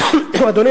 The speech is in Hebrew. אדוני,